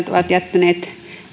ovat jättäneet